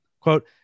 Quote